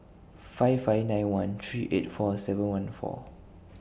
five five nine one three eight four seven one four